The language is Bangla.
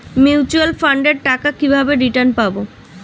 মিউচুয়াল ফান্ডের টাকা কিভাবে রিটার্ন পাব?